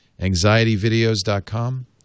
anxietyvideos.com